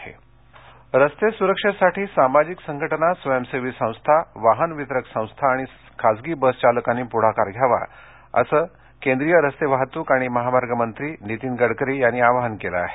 गडकरी रस्ते सुरक्षेसाठी सामाजिक संघटना स्वयंसेवी संस्था वाहन वितरक संस्था आणि खासगी बस चालकांनी पृढाकार घ्यावा असं प्रतिपादन केंद्रीय रस्ते वाहतूक आणि महामार्ग मंत्री नितीन गडकरी यांनी केलं आहे